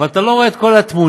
אבל אתה לא רואה את כל התמונה.